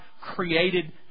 created